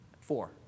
Four